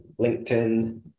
LinkedIn